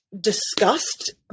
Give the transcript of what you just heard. discussed